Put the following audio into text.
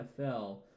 NFL